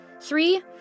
Three